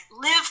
live